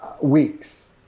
weeks